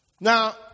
Now